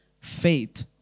faith